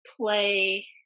play